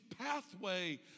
pathway